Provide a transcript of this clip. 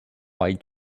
white